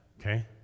Okay